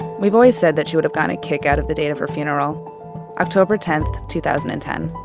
we've always said that she would have gotten a kick out of the date of her funeral october ten, two thousand and ten.